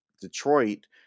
Detroit